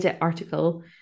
article